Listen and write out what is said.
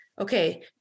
okay